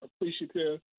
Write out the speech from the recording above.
appreciative